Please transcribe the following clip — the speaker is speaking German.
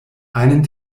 einen